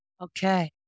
Okay